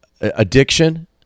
addiction